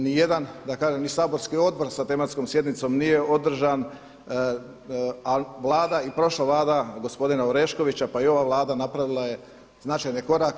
Ni jedan, da kažem ni saborski odbor sa tematskom sjednicom nije održan a Vlada i prošla Vlada gospodina Oreškovića, pa i ova Vlada napravila je značajne korake.